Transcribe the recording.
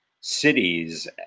cities